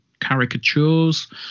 caricatures